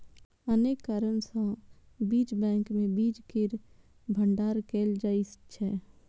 अनेक कारण सं बीज बैंक मे बीज केर भंडारण कैल जाइ छै